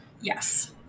Yes